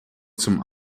zum